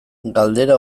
galdera